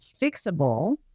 fixable